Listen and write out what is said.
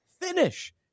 finish